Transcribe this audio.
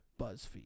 BuzzFeed